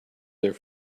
their